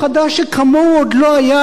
ואחריו לא יהיה כן.